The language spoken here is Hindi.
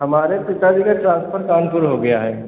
हमारे पिता जी का ट्रान्सफ़र कानपुर हो गया है